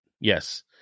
yes